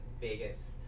biggest